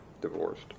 divorced